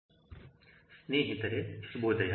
ಸ್ನೇಹಿತರೆ ಶುಭೋದಯ